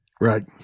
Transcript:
Right